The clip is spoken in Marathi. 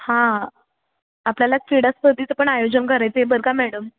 हां आपल्याला क्रीडास्पर्धेचं पण आयोजन करायचं आहे बरं का मॅडम